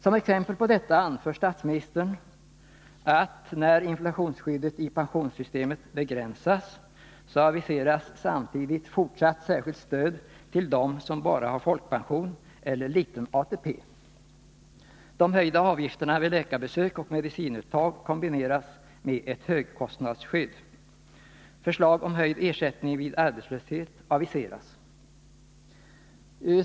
Som exempel på detta anför statsministern att när inflationsskyddet i pensionssystemet begränsas, så aviseras samtidigt fortsatt särskilt stöd till dem som bara har folkpension eller liten ATP. De höjda avgifterna vid läkarbesök och medicinuttag kombineras med ett högkostnadsskydd. Förslag om höjd ersättning vid arbetslöshet aviseras.